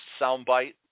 soundbite